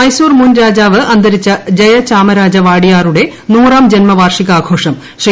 മൈസൂർ മുൻ രാജാവ് അന്തരിച്ച ജയ ചാമരാജ വാഡിയാറുടെ നൂറാം ജന്മ വാർഷികാഘോഷം ശ്രീ